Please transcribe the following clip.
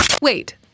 Wait